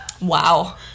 Wow